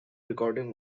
recording